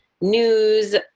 News